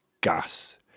gas